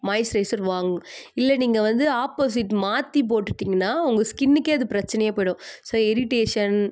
moisturiser வாங் இல்லை நீங்கள் வந்து அப்போசிட் மாற்றி போட்டுட்டிங்கனால் உங்கள் ஸ்கின்னுக்கே அது பிரச்சினையா போயிடும் ஸோ இரிடேஷன்